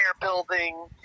building